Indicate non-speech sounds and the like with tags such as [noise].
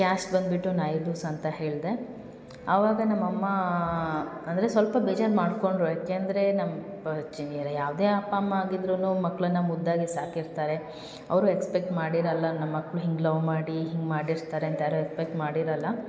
caste ಬಂದುಬಿಟ್ಟು ನಾಯ್ಡುಸ್ ಅಂತ ಹೇಳಿದೆ ಅವಾಗ ನಮ್ಮ ಅಮ್ಮ ಅಂದರೆ ಸ್ವಲ್ಪ ಬೇಜಾರು ಮಾಡಿಕೊಂಡ್ರು ಯಾಕೆಂದರೆ ನಮ್ಮ [unintelligible] ಯಾವುದೇ ಅಪ್ಪ ಅಮ್ಮ ಆಗಿದ್ರೂ ಮಕ್ಕಳನ್ನ ಮುದ್ದಾಗಿ ಸಾಕಿರ್ತಾರೆ ಅವರು ಎಕ್ಸ್ಪೆಕ್ಟ್ ಮಾಡಿರಲ್ಲ ನಮ್ಮ ಮಕ್ಕಳು ಹಿಂಗೆ ಲವ್ ಮಾಡಿ ಹಿಂಗೆ ಮಾಡಿರ್ತಾರೆ ಅಂತ ಯಾರೂ ಎಕ್ಸ್ಪೆಕ್ಟ್ ಮಾಡಿರಲ್ಲ